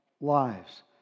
lives